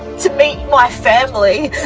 to meet my family.